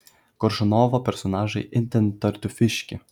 koršunovo personažai itin tartiufiški